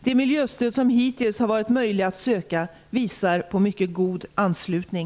De miljöstöd som hitills har varit möjliga att söka visar på mycket god anslutning.